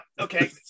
Okay